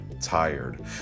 tired